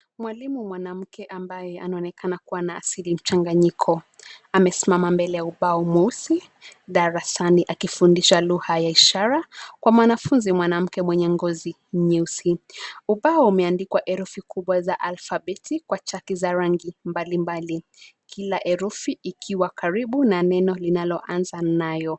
Mwalimu mwanamke ambaye anaonekana kuwa na asili mchanganyiko amesimama mbele ya ubao mweusi darasani akifundisha lugha ya ishara kwa mwanafunzu mwanamke mwenye ngozi nyeusi. Ubao umeandikwa hefuri kubwa za alfabeti kwa chaki za rangi mbali mbali kila herufi ikiwa karibu na neno linalo anza nayo.